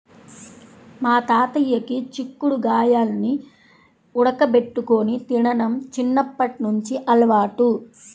మా తాతయ్యకి చిక్కుడు గాయాల్ని ఉడకబెట్టుకొని తినడం చిన్నప్పట్నుంచి అలవాటు